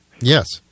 Yes